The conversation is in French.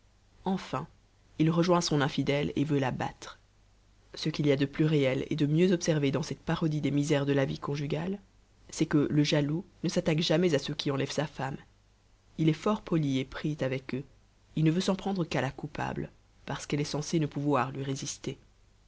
enfin il rejoint son infidèle et veut la battre ce qu'il y a de plus réel et de mieux observé dans cette parodie des misères de la vie conjugale c'est que le jaloux ne s'attaque jamais à ceux qui lui enlèvent sa femme il est fort poli et prient avec eux il ne veut s'en prendre qu'à la coupable parce qu'elle est censée ne pouvoir lui résister